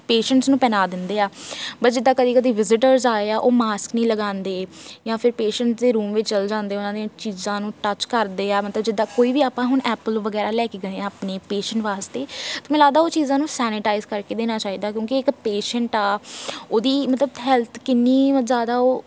patients ਨੂੰ ਪਹਿਨਾ ਦਿੰਦੇ ਆ ਬਟ ਜਿੱਦਾਂ ਕਦੇ ਕਦੇ ਵਿਜਿਟਰਸ ਆਏ ਆ ਉਹ ਮਾਸਕ ਨਹੀਂ ਲਗਾਉਂਦੇ ਜਾਂ ਫਿਰ ਪੇਸ਼ੈਂਟ ਦੇ ਰੂਮ ਵਿੱਚ ਚਲੇ ਜਾਂਦੇ ਉਹਨਾਂ ਦੀਆਂ ਚੀਜ਼ਾਂ ਨੂੰ ਟੱਚ ਕਰਦੇ ਆ ਮਤਲਬ ਜਿੱਦਾਂ ਕੋਈ ਵੀ ਆਪਾਂ ਹੁਣ ਐਪਲ ਵਗੈਰਾ ਲੈ ਕੇ ਗਏ ਹਾਂ ਆਪਣੇ ਪੇਸ਼ੈਂਟ ਵਾਸਤੇ ਤਾਂ ਮੈਨੂੰ ਲੱਗਦਾ ਉਹ ਚੀਜ਼ਾਂ ਨੂੰ ਸੈਨੀਟਾਈਜ਼ ਕਰਕੇ ਦੇਣਾ ਚਾਹੀਦਾ ਕਿਉਂਕਿ ਇੱਕ ਪੇਸ਼ੈਂਟ ਆ ਉਹਦੀ ਮਤਲਬ ਹੈਲਥ ਕਿੰਨੀ ਜ਼ਿਆਦਾ ਉਹ